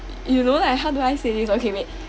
you know like how do I say this okay wait